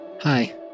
Hi